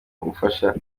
ubufasha